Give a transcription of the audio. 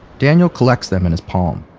daniel collects them in his palm.